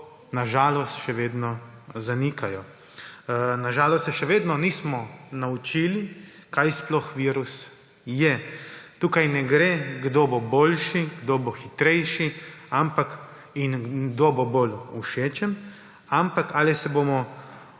na žalost to še vedno zanikajo. Na žalost se še vedno nismo naučili, kaj sploh virus je. Tukaj ne gre, kdo bo boljši, kdo bo hitrejši in kdo bo bolj všečen, ampak ali se bomo